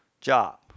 job